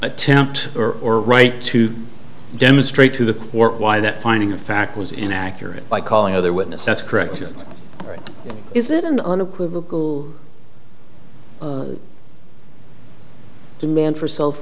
attempt or or right to demonstrate to the court why that finding of fact was inaccurate by calling other witness that's correct is it an unequivocal demand for sel